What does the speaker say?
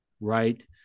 Right